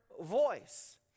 voice